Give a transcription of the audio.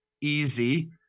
easy